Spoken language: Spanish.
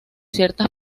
ciertas